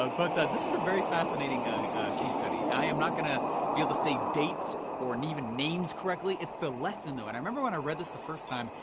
so but this is a very fascinating ah case study. i am not gonna be able to say dates or and even names correctly, it's the lesson though. and i remember when i read this the first time,